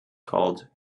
called